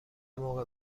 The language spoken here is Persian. موقع